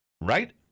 right